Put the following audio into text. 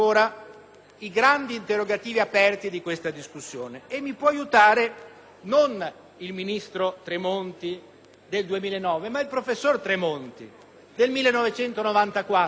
i grandi interrogativi aperti di questa discussione. A potermi aiutare, però, non è il ministro Tremonti del 2009, ma il professor Tremonti del 1994.